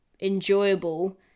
enjoyable